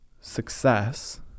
success